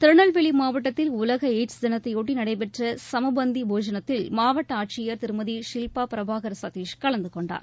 திருநெல்வேலி மாவட்டத்தில் உலக எயிட்ஸ் தினத்தையொட்டி நடைபெற்ற சமபந்த போஜனத்தில் மாவட்ட ஆட்சியர் திருமதி ஷில்பா பிரபாகர் சதீஷ் கலந்து கொண்டார்